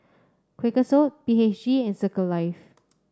Quakers Oat B H G and Circle Life